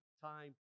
time